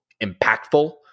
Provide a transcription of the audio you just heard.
impactful